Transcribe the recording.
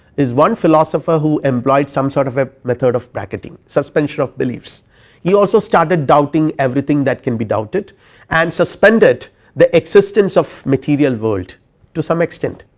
is one philosopher who employed some sort of a method of bracketing suspension of beliefs he also started doubting everything that can be doubted and suspended the existence of material world to some extent,